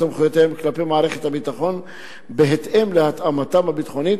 סמכויותיהם כלפי מערכת הביטחון בהתאם להתאמתם הביטחונית